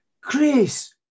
Chris